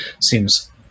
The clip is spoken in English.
seems